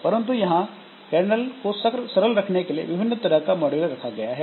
परंतु यहां पर कर्नल को सरल रखने के लिए विभिन्न तरह का मॉड्यूलर रखा गया है